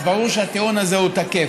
אז ברור שהטיעון הזה הוא תקף.